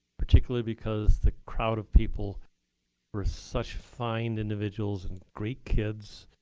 particularly because the crowd of people were such fine individuals and great kids.